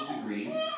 degree